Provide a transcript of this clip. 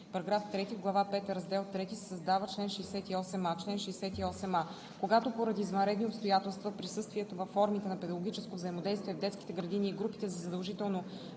„§ 3. В глава пета, раздел III се създава чл. 68а: „Чл. 68а. Когато поради извънредни обстоятелства присъствието във формите на педагогическо взаимодействие в детските градини и групите за задължително